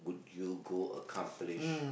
would you go accomplish